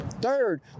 Third